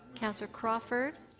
councillor crawford